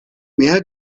meer